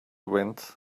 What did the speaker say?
wind